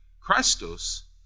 Christos